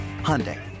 Hyundai